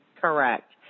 correct